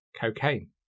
cocaine